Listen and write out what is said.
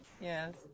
yes